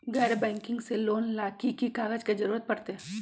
गैर बैंकिंग से लोन ला की की कागज के जरूरत पड़तै?